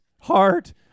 heart